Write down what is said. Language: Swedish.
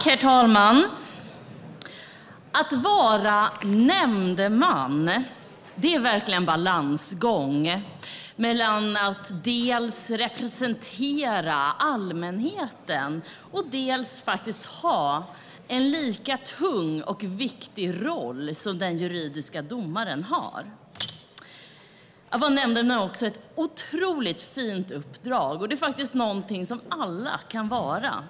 Herr talman! Att vara nämndeman är en balansgång mellan att representera allmänheten och att ha en lika tung och viktig roll som den juridiska domaren har. Att vara nämndeman är också ett otroligt fint uppdrag, och det är faktiskt något som alla kan vara.